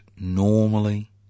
normally